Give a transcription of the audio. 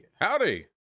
Howdy